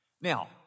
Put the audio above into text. Now